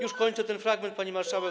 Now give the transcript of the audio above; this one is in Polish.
Już kończę ten fragment, pani marszałek.